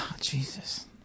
Jesus